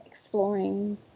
Exploring